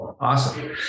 Awesome